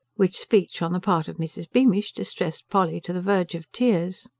which speech on the part of mrs. beamish distressed polly to the verge of tears.